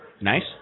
Nice